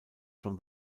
from